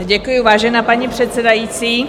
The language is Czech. Děkuji, vážená paní předsedající.